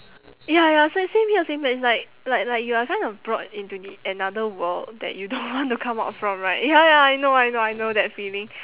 ya ya same same here same here it's like like like you are kinda brought into the another world that you don't want to come out from right ya ya I know I know I know that feeling